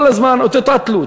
כל הזמן אותה תלות.